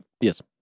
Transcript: yes